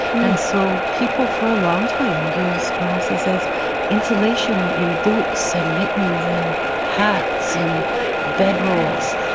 and so people for a long time used mosses as insulation in boots, and mittens, and hats, and bedrolls.